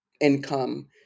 income